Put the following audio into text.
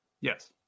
Yes